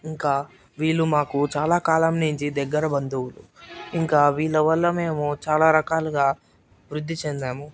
ఇంకా వీళ్ళు మాకు చాలా కాలం నుంచి దగ్గర బంధువులు ఇంకా వీళ్ళవల్ల మేము చాలా రకాలుగా వృద్ధి చెందాము